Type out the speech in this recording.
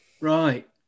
Right